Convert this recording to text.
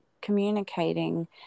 communicating